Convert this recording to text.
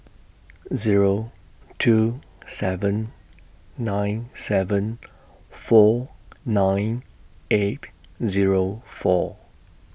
Zero two seven nine seven four nine eight Zero four